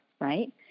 right